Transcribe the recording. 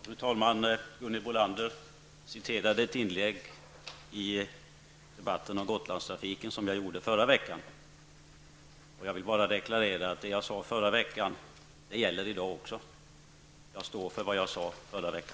Fru talman! Gunhild Bolander citerade ett inlägg om Gotlandstrafiken som jag gjorde i förra veckan. Jag vill bara deklarera att det jag sade i förra veckan gäller i dag också. Jag står alltså för vad jag sade förra veckan.